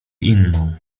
inną